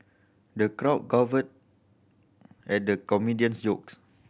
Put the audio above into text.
the crowd guffawed at the comedian's jokes